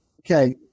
Okay